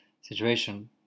situation